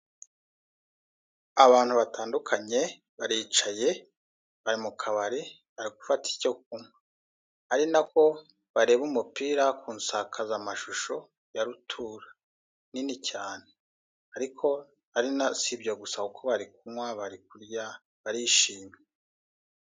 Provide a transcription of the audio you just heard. Abantu batandukanye, baricaye, bari mu akabari, bari gufata icyo kunywa. Ari na ko bareba umupira ku nsakazamashusho ya rutura, nini cyane. Ariko si ibyo gusa, kuko bari kunywa, bari kurya, barishimye.